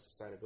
sustainability